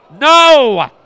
No